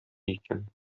икән